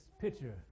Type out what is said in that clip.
picture